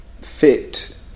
fit